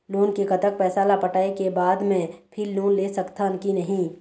Loan के कतक पैसा ला पटाए के बाद मैं फिर लोन ले सकथन कि नहीं?